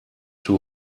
two